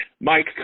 Mike